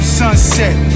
sunset